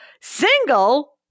Single